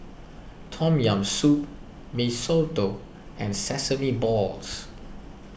Tom Yam Soup Mee Soto and Sesame Balls